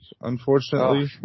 unfortunately